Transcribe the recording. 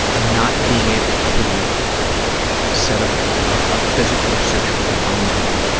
not being able to set a ah physical or sexual boundary